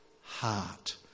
heart